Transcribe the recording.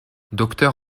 docteur